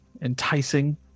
enticing